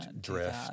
drift